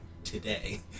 today